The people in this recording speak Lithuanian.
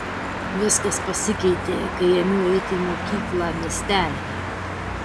viskas pasikeitė kai ėmiau eiti į mokyklą miestelyje